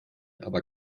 aber